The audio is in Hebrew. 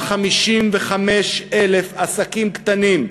455,000 עסקים קטנים,